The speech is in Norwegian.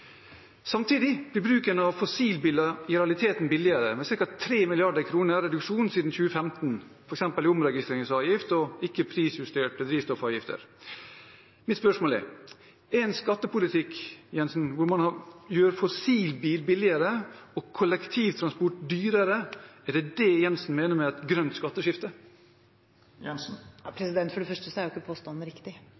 Samtidig blir bruk av fossilbiler i realiteten billigere, med ca. 3 mrd. kr i reduksjon siden 2015, i f.eks. omregistreringsavgift og ikke prisjusterte drivstoffavgifter. Mitt spørsmål gjelder en skattepolitikk hvor man gjør fossilbil billigere og kollektivtransport dyrere: Er det det statsråden mener med et grønt